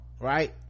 right